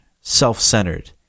self-centered